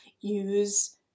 use